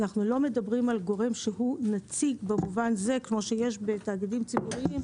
אנחנו לא מדברים על גורם שהוא נציג במובן זה כמו שיש בתאגידים ציבוריים,